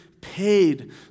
paid